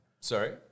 Sorry